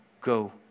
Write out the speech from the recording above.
go